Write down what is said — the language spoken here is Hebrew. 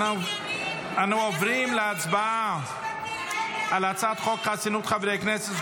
אנו עוברים להצבעה על הצעת חוק חסינות חברי הכנסת,